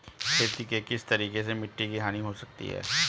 खेती के किस तरीके से मिट्टी की हानि हो सकती है?